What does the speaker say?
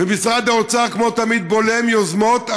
ומשרד האוצר כמו תמיד בולם יוזמות,